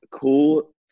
cool